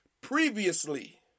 previously